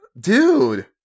Dude